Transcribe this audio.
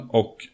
och